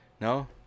No